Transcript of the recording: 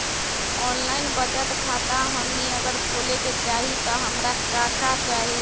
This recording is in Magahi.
ऑनलाइन बचत खाता हमनी अगर खोले के चाहि त हमरा का का चाहि?